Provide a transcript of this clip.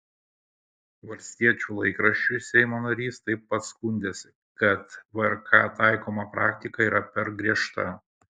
valstiečių laikraščiui seimo narys taip pat skundėsi kad vrk taikoma praktika yra per griežta